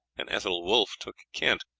and ethelwulf took kent,